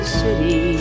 city